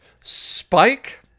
Spike